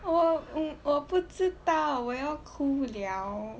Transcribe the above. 我我不知道我要哭了